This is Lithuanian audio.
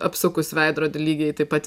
apsukus veidrodį lygiai taip pat